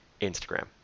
Instagram